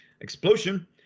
explosion